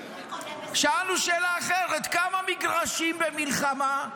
שאלנו שאלה אחרת: כמה מגרשים במלחמה,